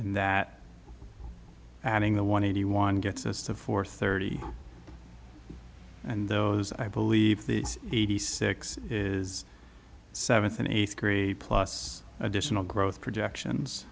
and that adding the one hundred one gets us to four thirty and those i believe the eighty six is seventh and eighth grade plus additional growth projections